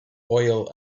oil